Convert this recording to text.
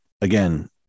again